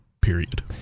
Period